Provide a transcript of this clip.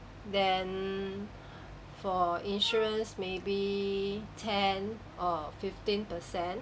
then for insurance maybe ten or fifteen percent